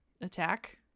attack